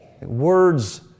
Words